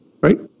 right